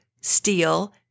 steel